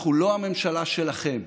אנחנו לא הממשלה שלכם,